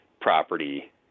property